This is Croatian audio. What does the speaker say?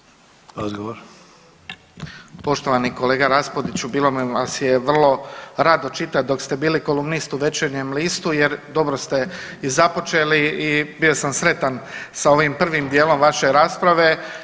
Poštovani kolega Raspudiću bilo mi vas je vrlo rado čitati dok ste bili kolumnist u Večernjem listu jer dobro ste i započeli i bio sam sretan sa ovim prvim dijelom vaše rasprave.